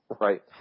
Right